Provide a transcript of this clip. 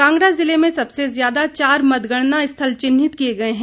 कांगड़ा ज़िलें में सबसे ज्यादा चार मतगणना स्थल चिन्हित किए गए हैं